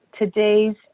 today's